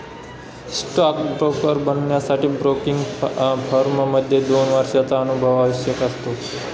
stock broker बनण्यासाठी broking firm मध्ये दोन वर्षांचा अनुभव आवश्यक असतो